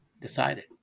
decided